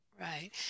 Right